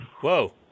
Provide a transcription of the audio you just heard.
Whoa